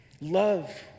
Love